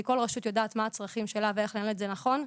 כל רשות יודעת מה הצרכים שלה ואיך באמת זה נכון,